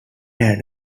had